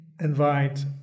invite